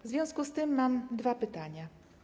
W związku z tym mam dwa pytania.